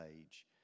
age